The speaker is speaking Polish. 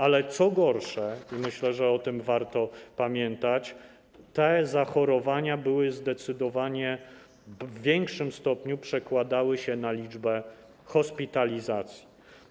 Ale co gorsze - myślę, że warto o tym pamiętać - te zachorowania w zdecydowanie większym stopniu przekładały się na liczbę hospitalizacji.